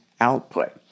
output